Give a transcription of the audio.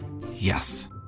Yes